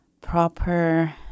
proper